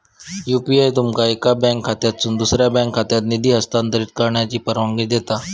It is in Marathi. यू.पी.आय तुमका एका बँक खात्यातसून दुसऱ्यो बँक खात्यात निधी हस्तांतरित करण्याची परवानगी देता